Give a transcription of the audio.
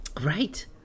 Right